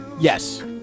yes